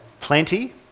plenty